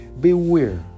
Beware